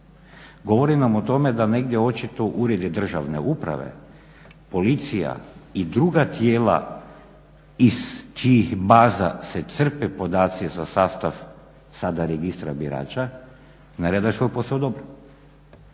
Govori nam o tome da negdje očito Uredi državne uprave, policija i druga tijela iz čijih baza se crpe podaci za sastav sada registra birača, ne rade svoj posao dobro.